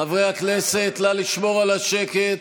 חברי הכנסת, נא לשמור על השקט.